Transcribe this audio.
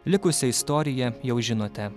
likusią istoriją jau žinote